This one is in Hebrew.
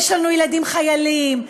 יש לנו ילדים חיילים,